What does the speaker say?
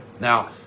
Now